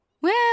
Well